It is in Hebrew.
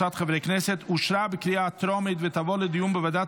אושרה בקריאה הטרומית ותעבור לדיון בוועדת